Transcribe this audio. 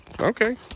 okay